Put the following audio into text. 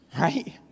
Right